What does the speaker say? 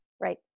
Right